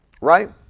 right